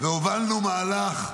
והובלנו מהלך,